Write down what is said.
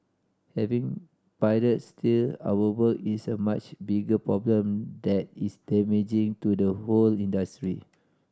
having pirates steal our work is a much bigger problem that is damaging to the whole industry